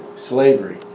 slavery